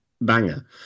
banger